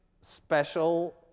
special